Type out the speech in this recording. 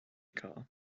car